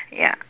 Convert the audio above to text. ya